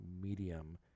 medium